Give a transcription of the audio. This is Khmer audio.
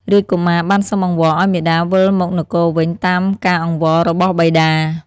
រាជកុមារបានសុំអង្វរឱ្យមាតាវិលមកនគរវិញតាមការអង្វេររបស់បិតា។